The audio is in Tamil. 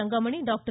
தங்கமணி டாக்டர்